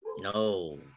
No